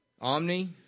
Omni